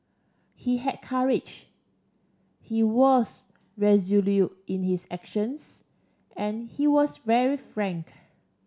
he had courage he was in his actions and he was very frank